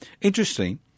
Interesting